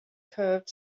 curved